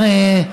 לא אושרה.